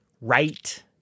right